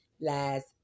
last